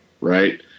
right